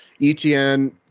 ETN